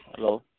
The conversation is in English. hello